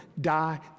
die